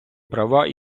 права